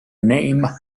name